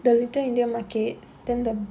the little india market then the